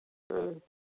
ꯎꯝ